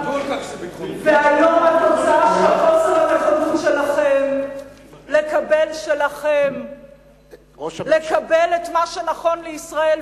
והיום התוצאה של חוסר הנכונות שלכם לקבל את מה שנכון לישראל,